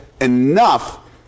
enough